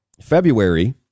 February